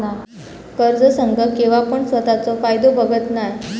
कर्ज संघ केव्हापण स्वतःचो फायदो बघत नाय